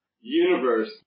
universe